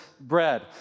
bread